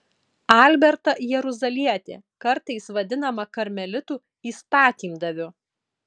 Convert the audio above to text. albertą jeruzalietį kartais vadinamą karmelitų įstatymdaviu